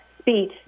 speech